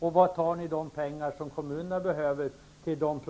Var tar ni de pengar som kommunerna behöver till dem